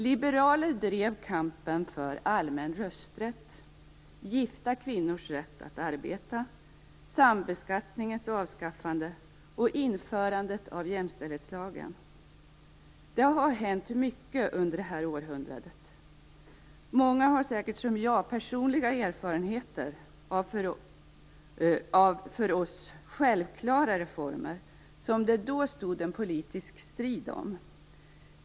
Liberaler drev kampen för allmän rösträtt, gifta kvinnors rätt att arbeta, sambeskattningens avskaffande och införandet av jämställdhetslagen. Det har hänt mycket under det här århundradet. Många har säkert som jag personliga erfarenheter av för oss självklara reformer som det då stod politisk strid om.